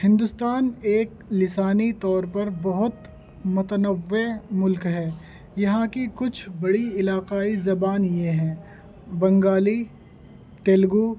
ہندوستان ایک لسانی طور پر بہت متنوعے ملک ہے یہاں کی کچھ بڑی علاقائی زبان یہ ہیں بنگالی تیلگو